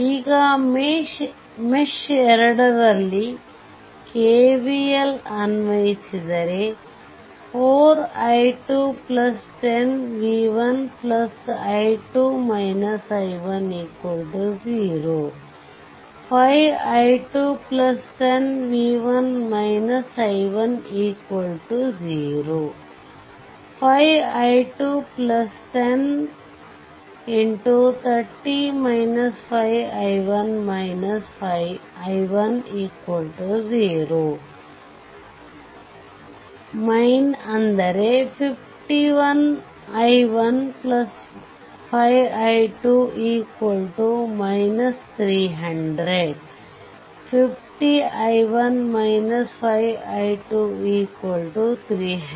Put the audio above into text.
ಈಗ ಮೇಶ್ 2 ನಲ್ಲಿ KVL ಅನ್ವಯಿಸಿದರೆ 4 i2 10 v1i2 i1 0 5 i2 10 v1 i1 0 5 i2 10 i1 0 51i15 i2 300 51i1 5 i2300